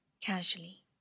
casually